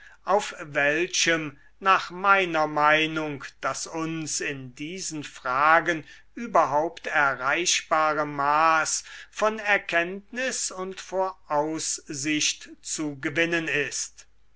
auf welchem nach meiner meinung das uns in diesen fragen überhaupt erreichbare maß von erkenntnis und voraussicht zu gewinnen ist